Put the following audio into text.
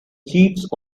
chiefs